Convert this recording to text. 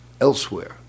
elsewhere